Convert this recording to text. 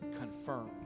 confirm